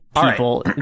people